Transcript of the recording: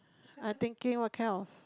I thinking what kind of